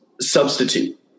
substitute